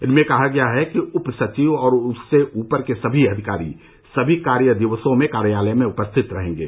इनमें कहा गया है कि उपसचिव और उससे ऊपर के सभी अधिकारी सभी कार्यदिवसों में कार्यालय में उपस्थित रहेंगे